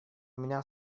меня